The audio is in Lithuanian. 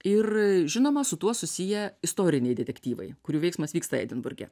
ir žinoma su tuo susiję istoriniai detektyvai kurių veiksmas vyksta edinburge